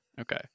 Okay